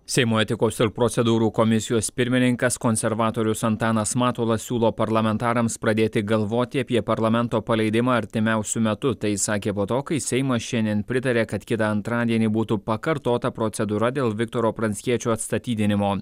seimo etikos ir procedūrų komisijos pirmininkas konservatorius antanas matulas siūlo parlamentarams pradėti galvoti apie parlamento paleidimą artimiausiu metu tai sakė po to kai seimas šiandien pritarė kad kitą antradienį būtų pakartota procedūra dėl viktoro pranckiečio atstatydinimo